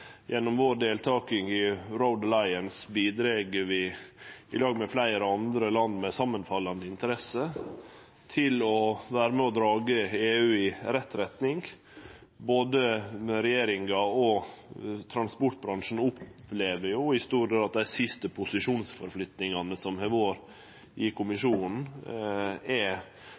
Gjennom vår deltaking i Road Alliance bidreg vi i dag – med fleire andre land med samanfallande interesser – til å vere med og dra EU i rett retning. Både regjeringa og transportbransjen opplev jo i stor grad at dei siste posisjonsflyttingane som har vore i Kommisjonen, er